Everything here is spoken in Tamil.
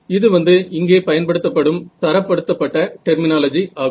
இது வந்து இங்கே பயன்படுத்தப்படும் தரப்படுத்தப்பட்ட டெர்மினாலஜி ஆகும்